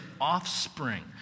offspring